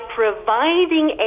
providing